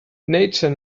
nature